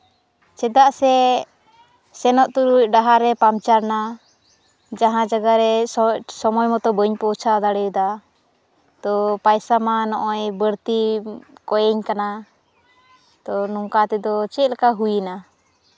ᱪᱮᱫᱟᱜ ᱥᱮ ᱥᱮᱱᱚᱜ ᱛᱩᱞᱩᱡ ᱰᱟᱦᱟᱨ ᱨᱮ ᱯᱟᱢᱪᱟᱨᱮᱱᱟ ᱡᱟᱦᱟᱸ ᱡᱟᱭᱜᱟ ᱨᱮ ᱥᱚᱢᱚᱭ ᱢᱚᱛᱳ ᱵᱟᱹᱧ ᱯᱳᱣᱪᱷᱟᱣ ᱫᱟᱲᱮᱭᱟᱫᱟ ᱛᱚ ᱯᱚᱭᱥᱟ ᱢᱟ ᱱᱚᱜᱼᱚᱸᱭ ᱵᱟᱹᱲᱛᱤᱢ ᱠᱚᱭᱤᱧ ᱠᱟᱱᱟ ᱛᱚ ᱱᱚᱝᱠᱟ ᱛᱮᱫᱚ ᱪᱮᱫ ᱞᱮᱠᱟ ᱦᱩᱭᱱᱟ